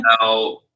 now